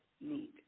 need